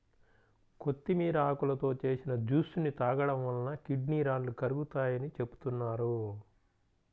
కొత్తిమీర ఆకులతో చేసిన జ్యూస్ ని తాగడం వలన కిడ్నీ రాళ్లు కరుగుతాయని చెబుతున్నారు